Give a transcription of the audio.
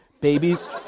babies